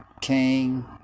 king